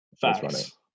Facts